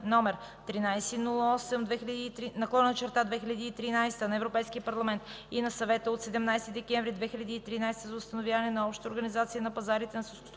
№ 1308/2013 на Европейския парламент и на Съвета от 17 декември 2013 г. за установяване на обща организация на пазарите на селскостопански